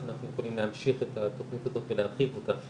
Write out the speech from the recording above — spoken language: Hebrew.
אנחנו יכולים להמשיך את התכנית הזאת ולהרחיב אותה